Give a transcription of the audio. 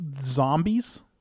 zombies